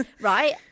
Right